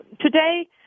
Today